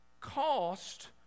cost